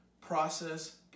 process